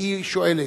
היא שואלת.